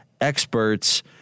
experts